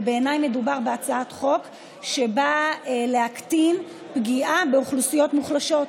ובעיניי מדובר בהצעת חוק שבאה להקטין פגיעה באוכלוסיות מוחלשות.